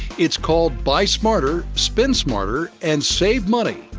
it's called, buy smarter, spend smarter, and save money.